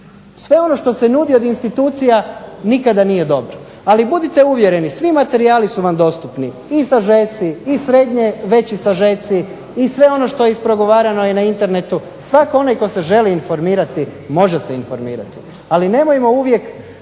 sve ono što se nudi od institucija nikada nije dobro. Ali budite uvjereni svi materijali su vam dostupni. I sažeci i srednje veći sažeci i sve ono što je ispregovarano je na internetu. Svatko onaj tko se želi informirati može se informirati. Ali nemojmo uvijek